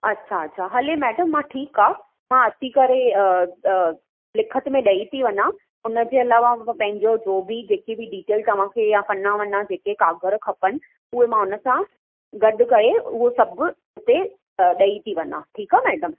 अच्छा अच्छा हले मैडम मां ठीकु आहे मां अची करे लिखत में ॾई थी वञां उनजे अलावा मां पंहिंजो जो बि जेके बि डिटेल तव्हांखे या पन्ना वन्ना जेके क़ाॻर खपनि उहे मां हुन सां गॾु करे उहो सभु उते ॾेई थी वञा ठीकु आहे मैडम